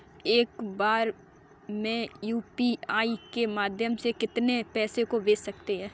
एक बार में यू.पी.आई के माध्यम से कितने पैसे को भेज सकते हैं?